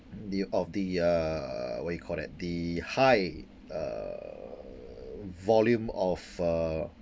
the of the uh what you call that the high uh volume of uh